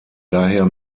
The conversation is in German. daher